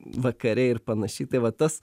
vakare ir panašiai tai va tas